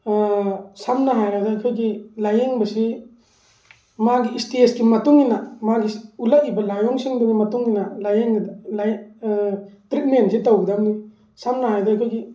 ꯁꯝꯅ ꯍꯥꯏꯔꯒ ꯑꯩꯈꯣꯏꯒꯤ ꯂꯥꯏꯌꯦꯡꯕꯁꯤ ꯃꯥꯒꯤ ꯏꯁꯇꯦꯖꯀꯤ ꯃꯇꯨꯡ ꯏꯟꯅ ꯃꯥꯒꯤ ꯎꯠꯂꯛꯏꯕ ꯂꯥꯏꯑꯣꯡꯁꯤꯡꯗꯨꯒꯤ ꯃꯇꯨꯡ ꯏꯟꯅ ꯂꯥꯏꯌꯦꯡꯕꯗ ꯂꯥꯏꯌꯦꯡ ꯇ꯭ꯔꯤꯠꯃꯦꯟꯠꯁꯦ ꯇꯧꯒꯗꯕꯅꯤ ꯁꯝꯅ ꯍꯥꯏꯔꯕꯗ ꯑꯩꯈꯣꯏꯒꯤ